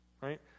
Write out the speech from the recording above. Right